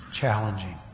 challenging